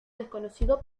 desconocido